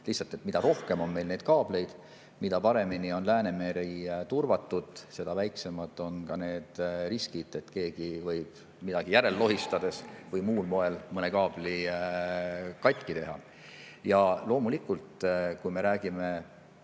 Lihtsalt, mida rohkem on meil neid kaableid, mida paremini on Läänemeri turvatud, seda väiksemad on ka need riskid, et keegi võib midagi järele lohistades või muul moel mõne kaabli katki teha. Ja loomulikult, kui me räägime